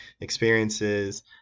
experiences